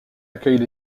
accueille